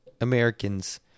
Americans